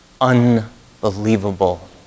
unbelievable